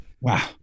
Wow